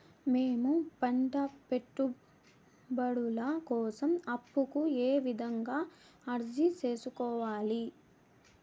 మేము పంట పెట్టుబడుల కోసం అప్పు కు ఏ విధంగా అర్జీ సేసుకోవాలి?